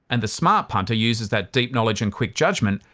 and the smart punter uses that deep knowledge and quick judgement,